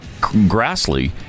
Grassley